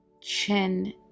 Chin